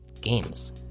games